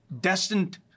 destined